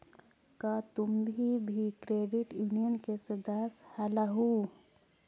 का तुम भी क्रेडिट यूनियन के सदस्य हलहुं?